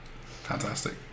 Fantastic